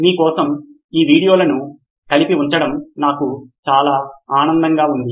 మీ కోసం ఈ వీడియోలను కలిపి ఉంచడం నాకు చాలా ఆనందంగా ఉంది